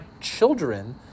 children